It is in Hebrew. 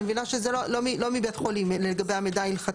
אני מבינה שזה לא מבית חולים, לגבי המידע ההלכתי.